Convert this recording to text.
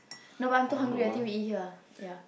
no but I'm too hungry I think we eat here ah yeah